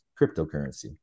cryptocurrency